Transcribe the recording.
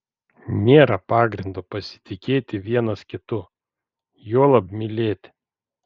nėra pagrindo pasitikėti vienas kitu juolab mylėti